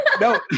No